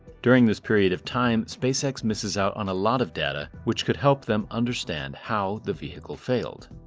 during this period of time, spacex misses out on a lot of data which could help them understand how the vehicle failed.